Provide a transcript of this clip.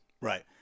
Right